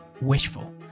wishful